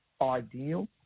ideal